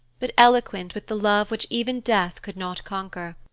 but eloquent with the love which even death could not conquer.